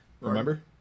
Remember